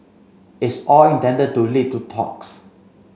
it's all intended to lead to talks